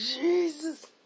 Jesus